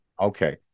Okay